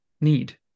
need